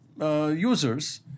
users